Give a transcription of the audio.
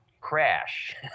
crash